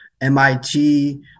MIT